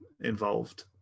involved